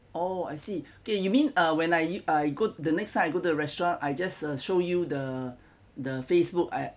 oh I see okay you mean uh when I go to the next time I go to the restaurant I just show you the the Facebook I